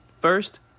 First